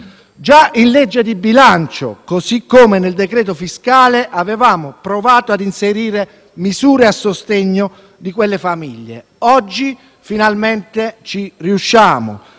Già nella legge di bilancio, così come nel decreto fiscale, avevamo provato a inserire misure a sostegno di quelle famiglie. Oggi finalmente ci riusciamo,